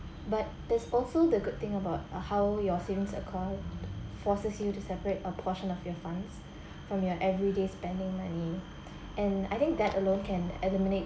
but there's also the good thing about uh how your savings account forces you to separate a portion of your funds from your everyday spending money and I think that alone can eliminate